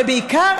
ובעיקר,